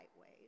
ways